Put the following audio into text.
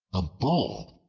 a bull,